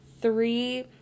three